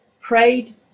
prayed